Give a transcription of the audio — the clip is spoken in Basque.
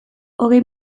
hogei